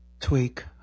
tweak